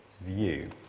view